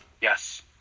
Yes